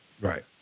Right